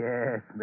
Yes